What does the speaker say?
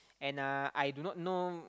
and uh I do not know